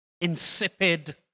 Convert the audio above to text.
insipid